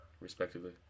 respectively